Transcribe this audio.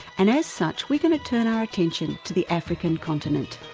and as such we're going to turn our attention to the african continent.